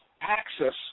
access